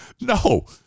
No